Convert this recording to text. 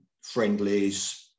friendlies